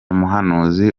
muhanuzi